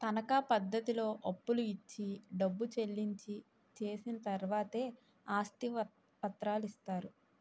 తనకా పద్ధతిలో అప్పులు ఇచ్చి డబ్బు చెల్లించి చేసిన తర్వాతే ఆస్తి పత్రాలు ఇస్తారు